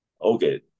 okay